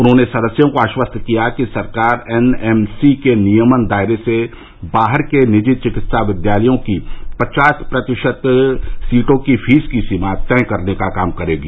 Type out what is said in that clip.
उन्होंने सदस्यों को आश्वस्त किया कि सरकार एन एम सी के नियमन दायरे से बाहर के निजी चिकित्सा महाविद्यालयों की पचास प्रतिशत सीटों की फीस की सीमा तय करने का काम करेगी